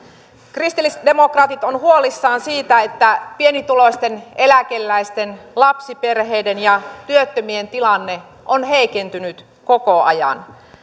kristillisdemokraatit ovat huolissaan siitä että pienituloisten eläkeläisten lapsiperheiden ja työttömien tilanne on heikentynyt koko ajan